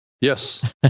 Yes